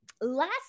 last